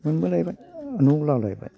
मोनबोलायबाय न'वाव लाबोलायबाय